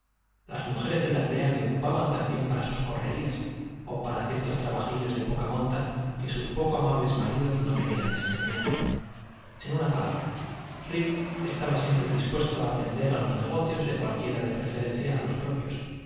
las mujeres de la aldea le ocupaban también para sus correrías o para ciertos trabajillos de poca monta que sus poco amables maridos no querían desempeñar en una palabra rip estaba siempre dispuesto a atender a los negocios de cualquiera de preferencia a los propios